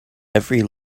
every